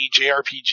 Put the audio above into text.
JRPG